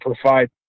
provide